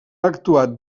actuat